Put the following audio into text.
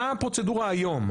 מה הפרוצדורה היום?